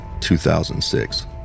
2006